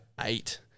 eight